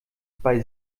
bei